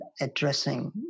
addressing